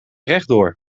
rechtdoor